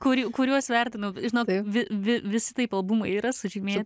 kur kuriuos vertinau žinot vi vi visi taip albumai yra sužymė